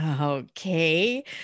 Okay